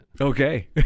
Okay